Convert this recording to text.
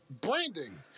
Branding